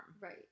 Right